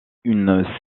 une